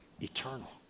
eternal